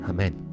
Amen